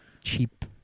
cheap